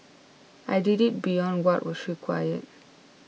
I did it beyond what was required